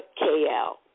KL